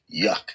yuck